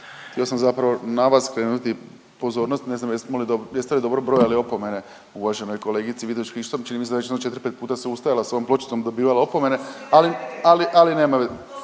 Htio sam zapravo na vas skrenuti pozornost ne znam jeste li imali, jeste li dobro brojali opomene uvaženoj kolegici Vidović Krišto, čini mi se da je već jedno 4-5 puta se ustajala sa ovom pločicom, dobijala opomene, ali, ali